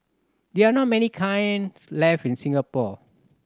there are not many kilns left in Singapore